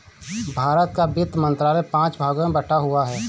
भारत का वित्त मंत्रालय पांच भागों में बटा हुआ है